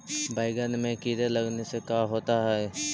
बैंगन में कीड़े लगने से का होता है?